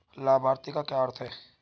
लाभार्थी का क्या अर्थ है?